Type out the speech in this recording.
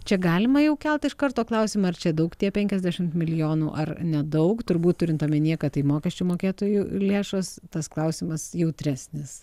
čia galima jau kelt iš karto klausimą ar čia daug tie penkiasdešim milijonų ar nedaug turbūt turint omenyje kad tai mokesčių mokėtojų lėšos tas klausimas jautresnis